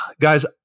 Guys